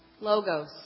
Logos